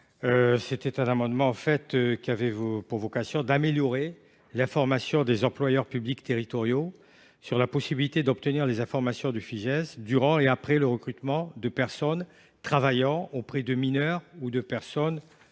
Constitution. Nous proposions d’améliorer l’information des employeurs publics territoriaux sur la possibilité d’obtenir les informations du Fijais durant et après le recrutement de personnes travaillant auprès de mineurs ou de personnes